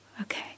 Okay